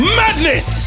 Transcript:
madness